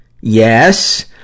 yes